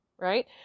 Right